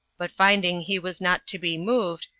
but finding he was not to be moved,